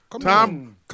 Tom